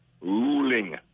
ruling